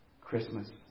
Christmas